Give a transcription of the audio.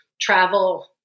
travel